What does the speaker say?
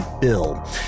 Bill